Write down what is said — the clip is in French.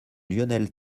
lionel